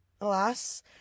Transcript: alas